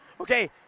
okay